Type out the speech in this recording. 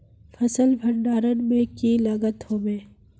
फसल भण्डारण में की लगत होबे?